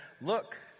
Look